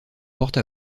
porte